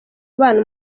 abana